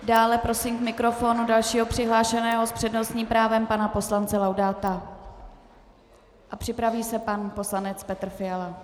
Dále prosím k mikrofonu dalšího přihlášeného s přednostním právem pana poslance Laudáta a připraví se pan poslanec Petr Fiala.